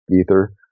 ether